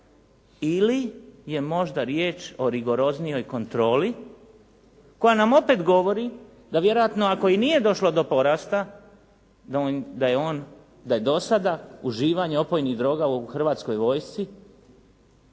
ili je možda riječ o rigoroznijoj kontroli koja nam opet govori da vjerojatno ako i nije došlo do porasta, da je do sada uživanje opojnih droga u Hrvatskoj vojsci